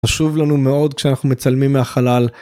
חשוב לנו מאוד כשאנחנו מצלמים מהחלל.